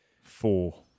Four